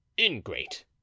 ingrate